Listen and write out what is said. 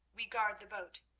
we guard the boat.